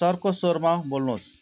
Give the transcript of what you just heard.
चर्को स्वरमा बोल्नुहोस्